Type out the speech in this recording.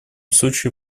случае